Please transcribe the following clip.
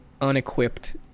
unequipped